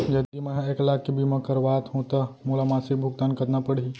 यदि मैं ह एक लाख के बीमा करवात हो त मोला मासिक भुगतान कतना पड़ही?